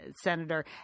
senator